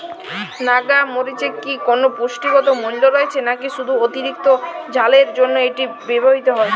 নাগা মরিচে কি কোনো পুষ্টিগত মূল্য রয়েছে নাকি শুধু অতিরিক্ত ঝালের জন্য এটি ব্যবহৃত হয়?